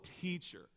teacher